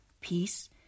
peace